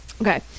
Okay